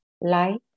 light